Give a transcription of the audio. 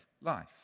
life